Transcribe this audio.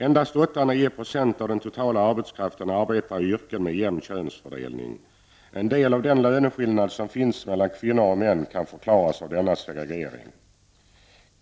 Endast 8--9 % av den totala arbetskraften arbetar i yrken med jämn könsfördelning. En del av den löneskillnad som finns mellan kvinnor och män kan förklaras av denna segregering.